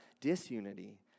disunity